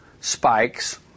spikes